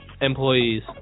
employees